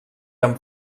amb